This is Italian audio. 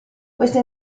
queste